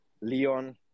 Leon